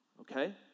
okay